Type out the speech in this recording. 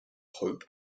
hope